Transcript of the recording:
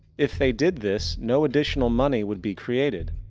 if they did this, no additional money would be created.